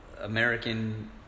American